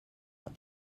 out